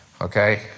okay